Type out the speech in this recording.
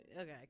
Okay